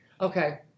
Okay